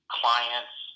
clients